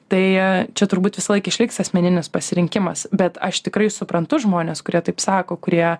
tai čia turbūt visąlaik išliks asmeninis pasirinkimas bet aš tikrai suprantu žmones kurie taip sako kurie